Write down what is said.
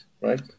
right